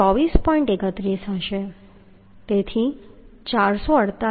31 હશે તેથી 448